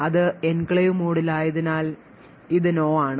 അത് എൻക്ലേവ് മോഡിലായതിനാൽ ഇത് No ആണ്